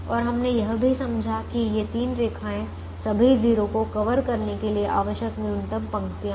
और हमने यह भी समझा कि ये तीन रेखाएँ सभी 0 को कवर करने के लिए आवश्यक न्यूनतम पंक्तियाँ हैं